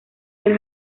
del